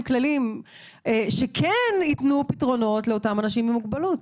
כללים שכן ייתנו פתרונות לאותם אנשים עם מוגבלות?